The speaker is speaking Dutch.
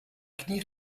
knie